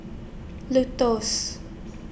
Lotto's